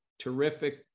terrific